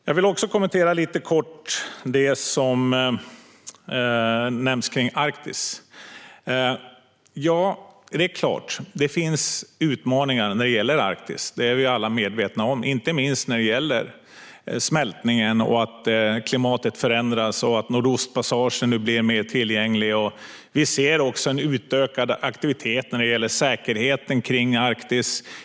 Jag vill också lite kort kommentera det som nämnts om Arktis. Det är klart att det finns utmaningar när det gäller Arktis, det är vi alla medvetna om, inte minst när det gäller smältningen, att klimatet förändras och att Nordostpassagen nu blir mer tillgänglig. Vi ser också utökad aktivitet när det gäller säkerheten kring Arktis.